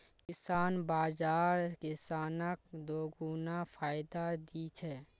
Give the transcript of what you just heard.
किसान बाज़ार किसानक दोगुना फायदा दी छे